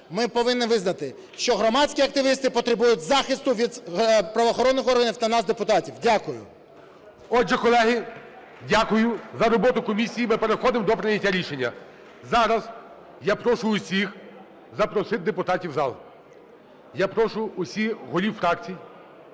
ми повинні визнати, що громадські активісти потребують захисту від правоохоронних органів та нас, депутатів. Дякую. ГОЛОВУЮЧИЙ. Отже, колеги, дякую за роботу комісії. Ми переходимо до прийняття рішення. Зараз я прошу всіх запросити депутатів в зал. Я прошу всіх голів фракцій